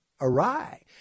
awry